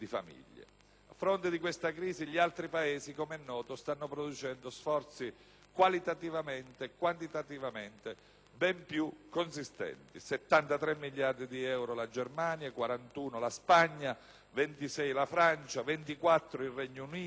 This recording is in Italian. A fronte di questa crisi, gli altri Paesi, com'è noto, stanno producendo sforzi qualitativamente e quantitativamente ben più consistenti: 73 miliardi di euro la Germania, 41 la Spagna, 26 la Francia, 24 il Regno Unito,